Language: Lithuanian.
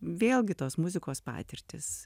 vėlgi tos muzikos patirtys